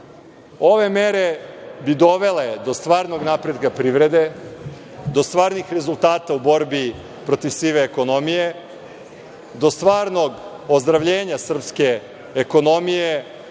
mere bi dovele do stvarnog napretka privrede, do stvarnih rezultata u borbi protiv sive ekonomije, do stvarnog ozdravljenja srpske ekonomije